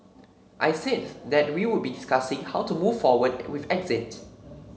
I said that we would be discussing how to move forward with exit